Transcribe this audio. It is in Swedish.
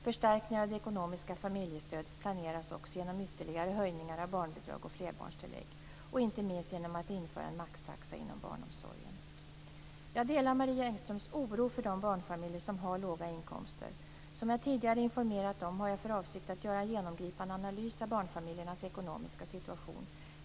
Förstärkningar av det ekonomiska familjestödet planeras också genom ytterligare höjningar av barnbidrag och flerbarnstillägg och, inte minst, genom att införa en "maxtaxa" inom barnomsorgen. Jag delar Marie Engströms oro för de barnfamiljer som har låga inkomster. Som jag tidigare har informerat om har jag för avsikt att göra en genomgripande analys av barnfamiljernas ekonomiska situation.